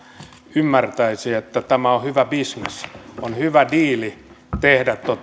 ymmärtäisi että tämä on on hyvä bisnes on hyvä diili tehdä